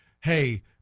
hey